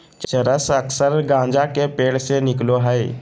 चरस अक्सर गाँजा के पेड़ से निकलो हइ